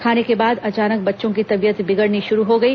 खाने के बाद अचानक बच्चों की तबीयत बिगड़नी शुरू हो गई